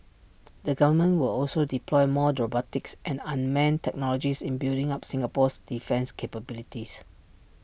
the government will also deploy more robotics and unmanned technologies in building up Singapore's defence capabilities